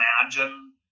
imagine